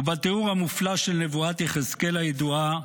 ובתיאור המופלא של נבואת יחזקאל הידועה: